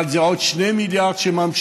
אבל זה עוד 2 מיליארד שממשיכים,